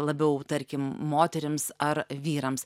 labiau tarkim moterims ar vyrams